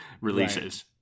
releases